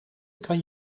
kan